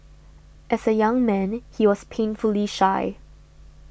as a young man he was painfully shy